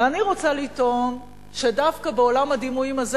ואני רוצה לטעון שדווקא בעולם הדימויים הזה,